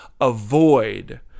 avoid